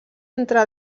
entre